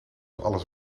alles